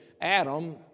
Adam